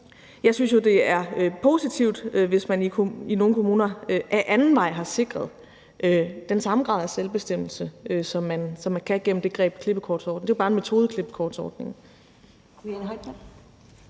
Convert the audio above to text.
jeg synes, det er positivt, hvis man i nogle kommuner ad anden vej har sikret den samme grad af selvbestemmelse, som man kan gennem det greb, som er klippekortordningen. Klippekortordningen